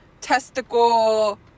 testicle